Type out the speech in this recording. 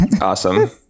Awesome